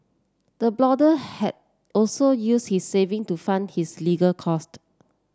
the blogger had also use his saving to fund his legal cost